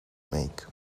make